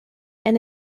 and